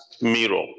mirror